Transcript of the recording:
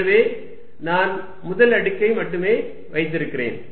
எனவே நான் முதல் அடுக்கை மட்டுமே வைத்திருந்தேன்